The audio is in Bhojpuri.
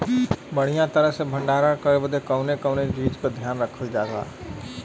बढ़ियां तरह से भण्डारण करे बदे कवने कवने चीज़ को ध्यान रखल जा?